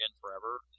forever